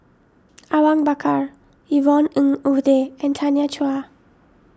Awang Bakar Yvonne Ng Uhde and Tanya Chua